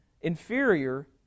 inferior